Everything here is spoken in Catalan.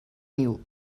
niu